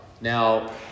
Now